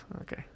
okay